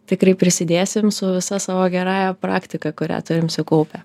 tikrai prisidėsim su visa savo gerąja praktika kurią turim sukaupę